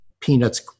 Peanuts